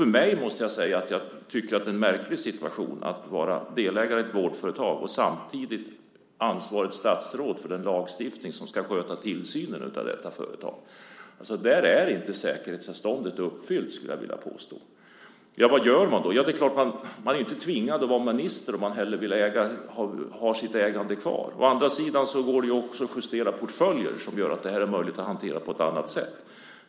Jag måste säga att det är en märklig situation att vara delägare i ett vårdföretag och att samtidigt vara statsråd ansvarig för den lagstiftning som ska sköta tillsynen av detta företag. Där är detta med säkerhetsavståndet inte uppfyllt, skulle jag vilja påstå. Vad gör man då? Ja, det är klart att man inte är tvingad att vara minister om man hellre vill ha kvar sitt ägande. Å andra sidan går det ju att justera portföljer så att det blir möjligt att hantera detta på ett annat sätt.